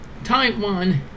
Taiwan